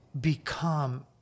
become